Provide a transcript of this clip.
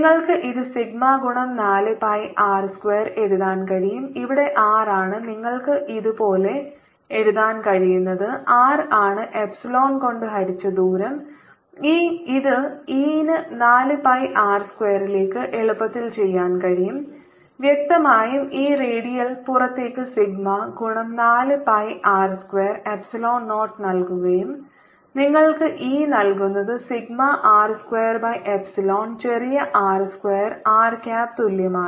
നിങ്ങൾക്ക് ഇത് സിഗ്മ ഗുണം 4 pi R സ്ക്വാർ എഴുതാൻ കഴിയും ഇവിടെ R ആണ് നിങ്ങൾക്ക് ഇത് പോലെ എഴുതാൻ കഴിയുന്നത് R ആണ് എപ്സിലോൺ കൊണ്ട് ഹരിച്ച ദൂരം ഇത് E ന് 4 pi r സ്ക്വയറിലേക്ക് എളുപ്പത്തിൽ ചെയ്യാൻ കഴിയും വ്യക്തമായും ഇ റേഡിയൽ പുറത്തേക്ക് സിഗ്മ ഗുണം 4 pi R square epsilon naught നൽകുകയും നിങ്ങൾക്ക് ഇ നൽകുന്നത് sigma R square by epsilon ചെറിയ ആർ സ്ക്വയർ ആർ ക്യാപ്പ് തുല്യമാണ്